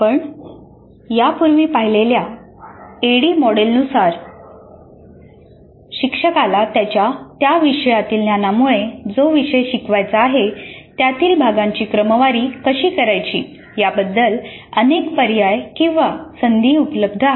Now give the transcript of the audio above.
आपण यापूर्वी पाहिलेल्या एडी मॉडेल नुसार शिक्षकाला त्याच्या त्या विषयातील ज्ञानामुळे जो विषय शिकवायचा आहे त्यातील भागांची क्रमवारी कशी करायची याबद्दल अनेक पर्याय किंवा संधी उपलब्ध आहेत